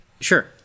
Sure